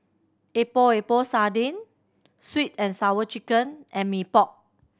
Epok Epok Sardin Sweet And Sour Chicken and Mee Pok